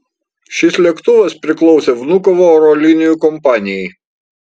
šis lėktuvas priklausė vnukovo oro linijų kompanijai